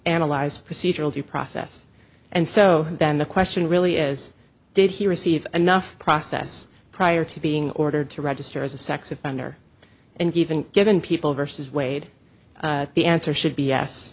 analyze procedural due process and so the question really is did he receive enough process prior to being ordered to register as a sex offender and even given people versus wade the answer should b